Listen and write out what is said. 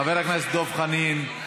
חבר הכנסת דב חנין.